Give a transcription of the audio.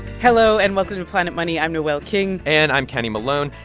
hello, and welcome to planet money. i'm noel king and i'm kenny malone.